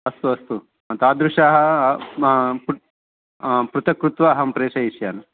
अस्तु अस्तु तादृशाः आं पृथक् कृत्वा अहं प्रेषयिष्यामि